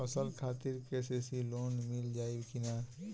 फसल खातिर के.सी.सी लोना मील जाई किना?